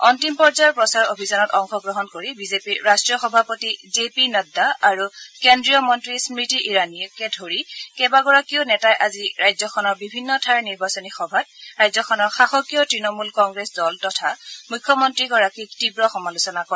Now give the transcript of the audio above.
অন্তিম পৰ্যায়ৰ প্ৰচাৰ অভিযানত অংশগ্ৰহণ কৰি বিজেপিৰ ৰাষ্ট্ৰীয় সভাপতি জে পি নাড্ডা আৰু কেন্দ্ৰীয় মন্ত্ৰী স্মৃতি ইৰাণীকে ধৰি কেইবাগৰাকীও নেতাই আজি ৰাজ্যখনৰ বিভিন্ন ঠাইৰ নিৰ্বাচনী সভাত ৰাজ্যখনৰ শাসকীয় তৃণমূল কংগ্ৰেছ দল তথা মুখ্যমন্ত্ৰীগৰাকীক তীৱ সমালোচনা কৰে